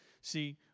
See